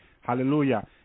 Hallelujah